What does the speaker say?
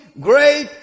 great